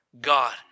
God